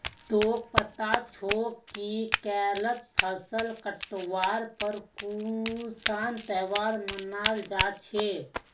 तोक पता छोक कि केरलत फसल काटवार पर कुन्सा त्योहार मनाल जा छे